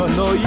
no